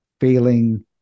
failing